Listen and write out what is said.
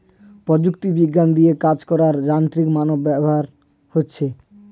প্রযুক্তি বিজ্ঞান দিয়ে কাজ করার যান্ত্রিক মানব ব্যবহার হচ্ছে